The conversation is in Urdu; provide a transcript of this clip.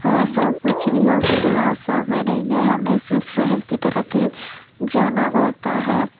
ایسا کچھ بھی ہاسپیٹل آس پاس میں نہیں ہے ہمیں صرف شہر کی طرف ہی جانا پڑتا ہے